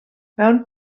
mewn